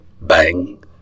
Bang